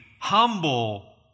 humble